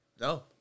No